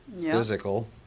Physical